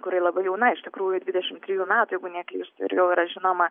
kuri labai jauna iš tikrųjų dvidešimt trijų metų jeigu neklystu ir jau yra žinoma